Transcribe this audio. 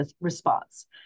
response